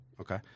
Okay